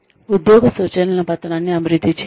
ఉద్యోగ సూచనల పత్రాన్ని అభివృద్ధి చేయండి